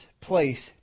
place